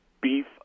beef